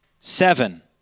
Seven